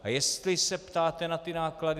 A jestli se ptáte na náklady.